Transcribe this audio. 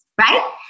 right